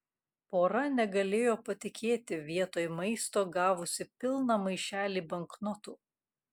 pora negalėjo patikėti vietoj maisto gavusi pilną maišelį banknotų